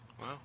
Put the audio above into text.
Wow